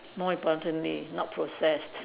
more importantly not processed